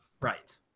Right